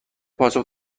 پاسخ